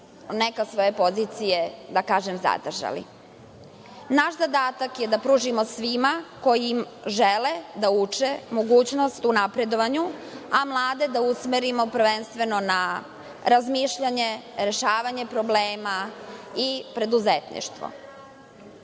neke svoje pozicije zadržali. Naš zadatak je da pružimo svima koji žele da uče mogućnost u napredovanju, a mlade da usmerimo prvenstveno na razmišljanje, rešavanje problema i preduzetništvo. Ovde